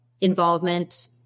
involvement